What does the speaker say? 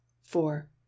four